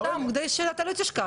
אני אומרת כדי שאתה לא תשכח.